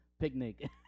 picnic